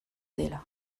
dela